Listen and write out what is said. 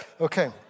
okay